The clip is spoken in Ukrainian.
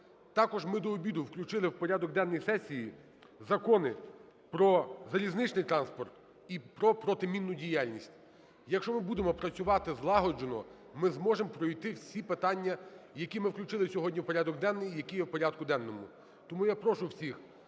Також ми до обіду включили в порядок денний сесії закони про залізничний транспорт і про протимінну діяльність. Якщо ми будемо працювати злагоджено, ми зможемо пройти всі питання, які ми включили сьогодні в порядок денний і які є в порядку денному. Тому я прошу всіх